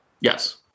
Yes